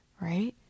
right